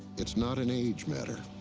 it's not an age matter.